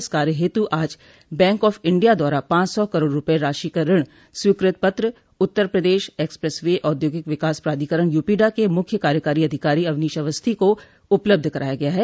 इस कार्य हेतु आज बैंक आफ इंडिया द्वारा पांच सौ करोड़ रूपये राशि का ऋण स्वीकृति पत्र उत्तर प्रदेश एक्सप्रेस वे औद्योगिक विकास प्राधिकरण यूपीडा के मुख्य कार्यकारी अधिकारी अवनीश अवस्थी को उपलब्ध कराया गया है